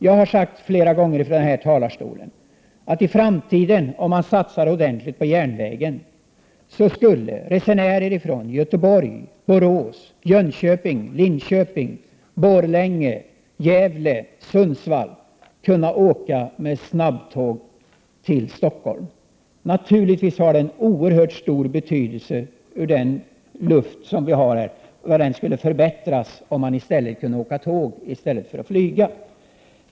Jag har flera gånger från denna talarstol sagt att om man satsar ordentligt på järnvägen, skulle i framtiden resenärer från Göteborg, Borås, Jönköping, Linköping, Borlänge, Gävle och Sundsvall kunna åka med snabbtåg till Stockholm. Naturligtvis har det en oerhört stor betydelse för hur luften skulle förbättras, om man kunde åka tåg i stället för att flyga.